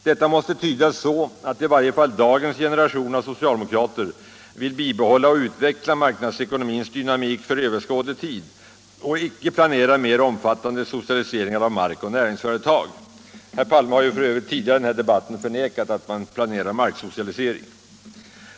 Detta måste tydas så att i varje fall dagens generation av socialdemokrater vill bibehålla och utveckla marknadsekonomins dynamik för överskådlig tid och icke planerar mer omfattande socialisering av mark och näringsföretag. Herr Palme har f. ö. tidigare i den här debatten förnekat att man planerar marksocialisering.